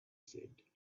said